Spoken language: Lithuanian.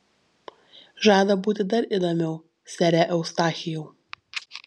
žada būti dar įdomiau sere eustachijau